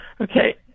Okay